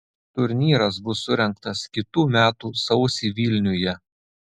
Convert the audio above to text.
turnyras bus surengtas kitų metų sausį vilniuje